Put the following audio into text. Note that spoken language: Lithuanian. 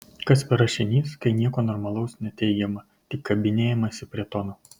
kas per rašinys kai nieko normalaus neteigiama tik kabinėjamasi prie tono